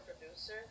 producer